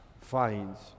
finds